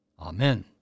Amen